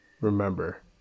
remember